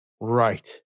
right